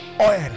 oil